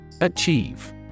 Achieve